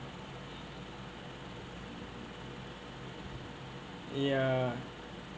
ya